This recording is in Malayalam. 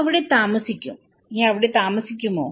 നീ അവിടെ താമസിക്കും നീ അവിടെ താമസിക്കുമോ